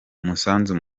umusanzu